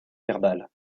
verbale